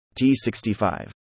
T65